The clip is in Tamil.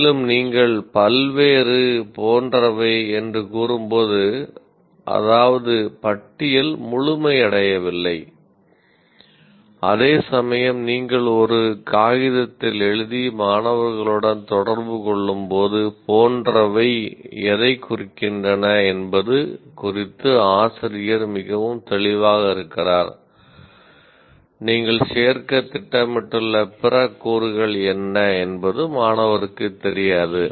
மேலும் நீங்கள் "பல்வேறு " 'போன்றவை' என்று கூறும்போது அதாவது பட்டியல் முழுமையடையவில்லை அதே சமயம் நீங்கள் ஒரு காகிதத்தில் எழுதி மாணவர்களுடன் தொடர்பு கொள்ளும்போது 'போன்றவை' எதைக் குறிக்கின்றன என்பது குறித்து ஆசிரியர் மிகவும் தெளிவாக இருக்கிறார் நீங்கள் சேர்க்கத் திட்டமிட்டுள்ள பிற கூறுகள் என்ன என்பது மாணவருக்குத் தெரியாது